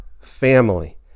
family